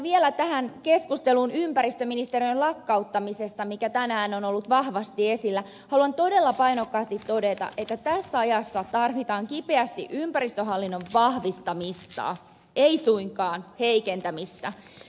vielä tähän keskusteluun ympäristöministeriön lakkauttamisesta joka tänään on ollut vahvasti esillä haluan todella painokkaasti todeta että tässä ajassa tarvitaan kipeästi ympäristöhallinnon vahvistamista ei suinkaan heikentämistä